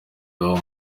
iwabo